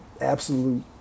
absolute